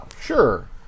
sure